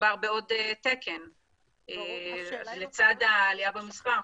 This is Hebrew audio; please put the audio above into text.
מדובר בעוד תקן לצד העלייה במספר,